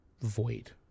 void